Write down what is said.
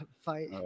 fight